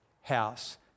house